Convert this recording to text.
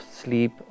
sleep